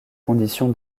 condition